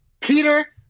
Peter